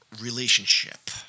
Relationship